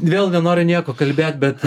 vėl nenoriu nieko kalbėt bet